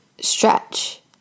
stretch